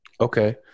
okay